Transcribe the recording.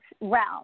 realm